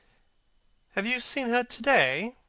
have you seen her to-day?